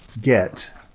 get